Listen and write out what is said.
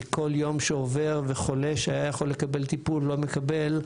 כי כל יום שעובר וחולה שהיה יכול לקבל טיפול לא מקבל,